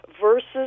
versus